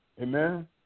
Amen